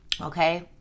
okay